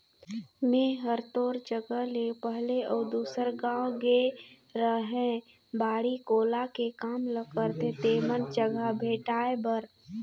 मेंए हर तोर जगह ले पहले अउ दूसर गाँव गेए रेहैं बाड़ी कोला के काम ल करथे तेमन जघा भेंटाय बर